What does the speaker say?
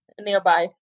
nearby